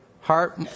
Heart